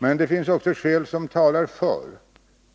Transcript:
Men det finns också skäl som talar för,